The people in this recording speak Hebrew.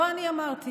לא אני אמרתי,